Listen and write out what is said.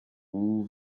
all